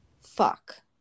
Fuck